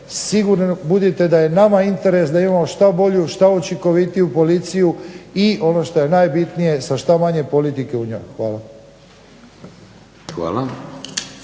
Sigurni budite da je nama interes da imamo što bolju, što učinkovitiju policiju i ono što je najbitnije, sa što manje politike u njoj. Hvala.